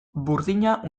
burdina